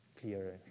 clearer